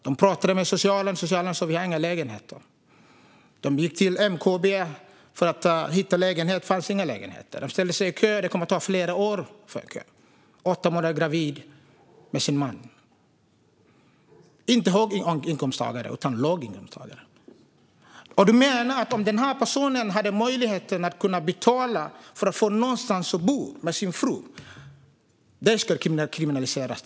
De pratade med socialen, och socialen sa att de inte hade några lägenheter. De gick till MKB för att hitta en lägenhet, men det fanns inga lägenheter. De ställde sig i kö, men det skulle ta flera år. Frun var gravid i åttonde månaden. De var inte höginkomsttagare utan låginkomsttagare. Ola Möller menar alltså att om den här personen har möjlighet att betala för att få någonstans att bo med sin fru så ska det kriminaliseras.